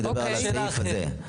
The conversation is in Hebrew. כרגע אני מדבר על הסעיף הזה.